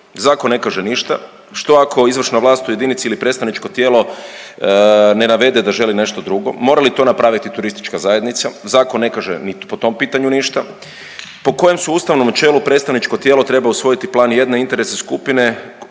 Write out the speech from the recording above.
Zakon ne kaže ništa, što ako izvršna vlast u jedinici ili predstavničko tijelo ne navede da želi nešto drugo. Mora li to napraviti turistička zajednica? Zakon ne kaže ni po tom pitanju ništa. Po kojem su Ustavnom načelu predstavničko tijelo treba usvojiti plan jedne interesne skupine koji